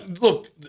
Look